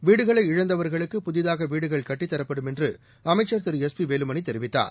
வீடுகளை இழந்தவா்களுக்கு புதிதாக வீடுகள் கட்டித்தரப்படும் என்று அமைச்சா் திரு எஸ் பி வேலுமணி தெரிவித்தார்